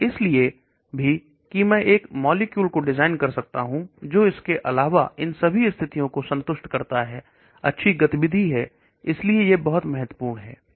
और इसलिए भी कि मैं एक मॉलिक्यूल को डिजाइन कर सकता हूं जो कि इसके अलावा इन सभी अतिथियों को संतुष्ट करता है की गतिविधि है इसलिए यह बहुत महत्वपूर्ण है